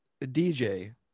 dj